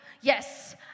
yes